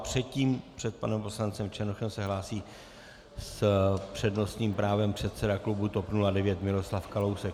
Předtím, před panem poslancem Černochem, se hlásí s přednostním právem předseda klubu TOP 09 Miroslav Kalousek.